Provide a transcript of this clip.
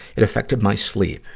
it affected my sleep,